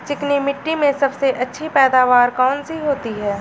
चिकनी मिट्टी में सबसे अच्छी पैदावार कौन सी होती हैं?